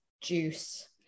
juice